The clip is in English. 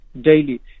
daily